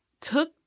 took